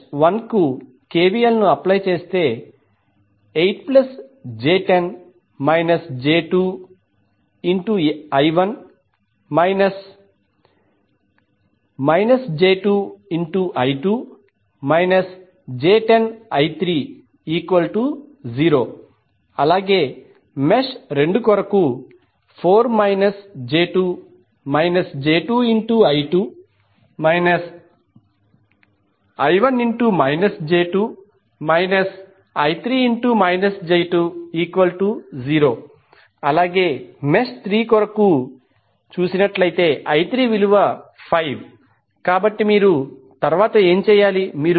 mesh 1 కు KVL ను apply చేస్తే 8j10 j2I1 j2I2 j10I30 అలాగే మెష్ 2 కొరకు 4 j2 j2I2 j2I1 I30 అలాగే మెష్ 3 కొరకు I35 కాబట్టి మీరు తర్వాత ఏమి చేయాలి